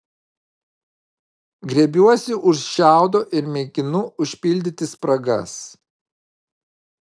griebiuosi už šiaudo ir mėginu užpildyti spragas